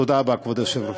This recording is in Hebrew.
תודה רבה, כבוד היושב-ראש.